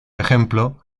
ejemplo